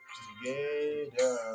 together